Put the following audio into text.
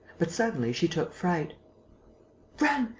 but suddenly she took fright run.